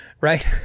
right